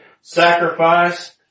sacrifice